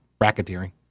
racketeering